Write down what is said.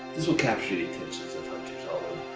this will capture the attention of hunters all